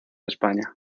españa